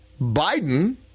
Biden